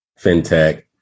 fintech